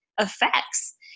effects